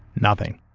nothing